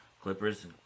Clippers